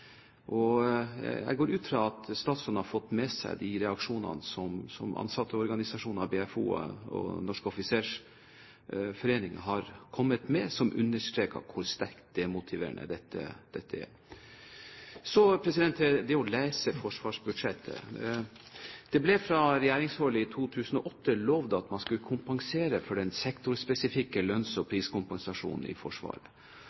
Jeg går ut fra at statsråden har fått med seg de reaksjonene som ansatteorganisasjonene BFO og Norges Offisersforbund har kommet med, som understreker hvor sterkt demotiverende dette er. Så til det å lese forsvarsbudsjettet: Det ble fra regjeringshold i 2008 lovet at man skulle kompensere for den sektorspesifikke lønns- og